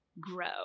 Grow